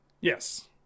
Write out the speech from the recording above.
Yes